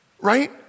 Right